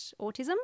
Autism